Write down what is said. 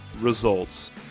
results